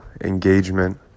engagement